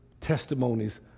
testimonies